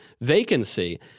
vacancy